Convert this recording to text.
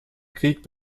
krieg